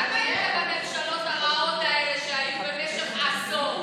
הממשלות הרעות האלה שהיו במשך עשור.